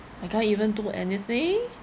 I can't even do anything